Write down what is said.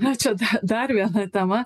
na čia dar viena tema